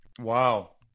Wow